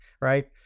right